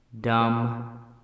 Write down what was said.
dumb